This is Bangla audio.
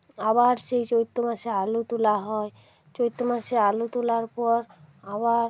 আবার সেই চৈত্র মাসে আলু তোলা হয় চৈত্র মাসে আলু তোলার পর আবার